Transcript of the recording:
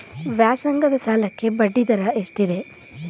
ವ್ಯಾಸಂಗದ ಸಾಲಕ್ಕೆ ಬಡ್ಡಿ ದರ ಎಷ್ಟಿದೆ?